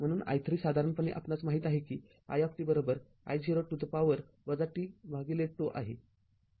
म्ह्णून i३ साधारणपणे आपणास माहित आहे की ii0 to the power tτ आहे